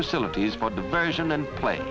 facilities for the version and play